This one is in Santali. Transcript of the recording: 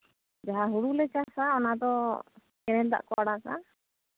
ᱡᱟᱦᱟᱸ ᱦᱩᱲᱩᱞᱮ ᱪᱟᱥᱟ ᱚᱱᱟᱫᱚ ᱠᱮᱱᱮᱞ ᱫᱟᱜ ᱠᱚ ᱟᱲᱟᱜᱟ